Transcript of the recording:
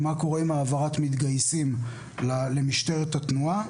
מה קורה עם העברת מתגייסים למשטרת התנועה?